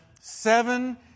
seven